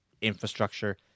infrastructure